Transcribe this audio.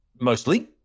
mostly